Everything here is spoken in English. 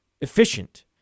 efficient